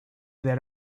that